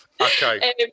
Okay